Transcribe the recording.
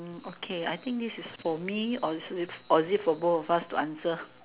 mm okay I think this is for me or it's or is it for both of us to answer